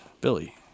Billy